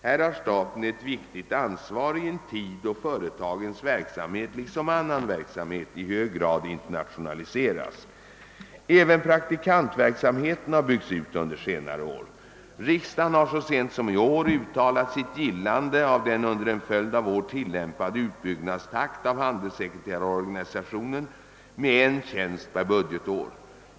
Här har staten ett viktigt ansvar i en tid då företagens verksamhet liksom annan verksamhet i hög grad internationaliseras. även praktikantverksamheten har byggts ut under senare år. Riksdagen har så sent som i år uttalat sitt gillande av den under en följd av år tillämpade utbyggnadstakten för handelssekreterarorganisationen med en tjänst per budgetår.